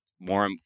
More